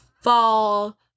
fall